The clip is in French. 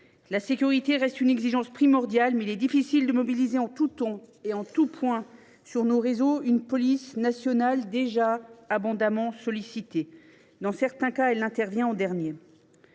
La sécurité reste une exigence primordiale, mais il est difficile de mobiliser en tout temps et en tout point de nos réseaux une police nationale déjà abondamment sollicitée. Dans certains cas, elle ne peut intervenir